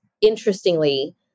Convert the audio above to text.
Interestingly